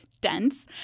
dense